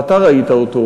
ואתה ראית אותו,